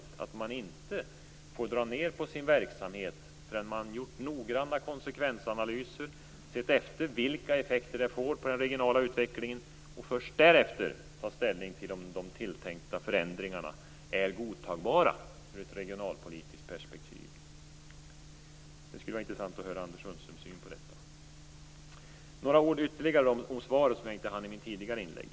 Den skulle gå ut på att man inte får dra ned på sin verksamhet förrän man har gjort noggranna konsekvensanalyser och sett efter vilka effekter det får på den regionala utvecklingen. Först därefter skulle man ta ställning till om de tilltänkta förändringar är godtagbara ur ett regionalpolitiskt perspektiv. Det skulle vara intressant att få höra Anders Sundströms syn på detta. Jag skall säga några ord ytterligare om interpellationssvaret som jag inte hann med i mitt tidigare inlägg.